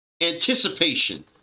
anticipation